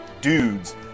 dudes